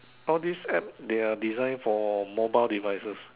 all this App they are design for mobile devices